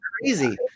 crazy